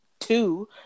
two